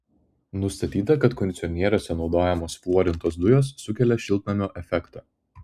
nustatyta kad kondicionieriuose naudojamos fluorintos dujos sukelia šiltnamio efektą